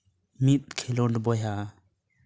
ᱢᱤᱫ ᱠᱷᱮᱞᱳᱰ ᱵᱚᱭᱦᱟ